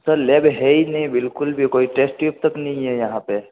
sir lab है ही नहीं बिल्कुल भी कोई टेस्ट ट्यूब तक नहीं है यहाँ पर